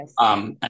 yes